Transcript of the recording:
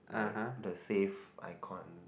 like the save icon